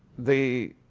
the